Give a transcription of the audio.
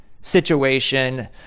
situation